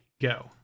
go